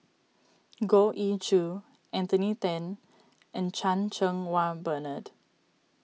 Goh Ee Choo Anthony then and Chan Cheng Wah Bernard